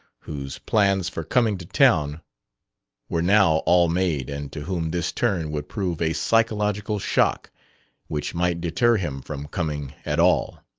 whose plans for coming to town were now all made and to whom this turn would prove a psychological shock which might deter him from coming at all.